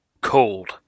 cold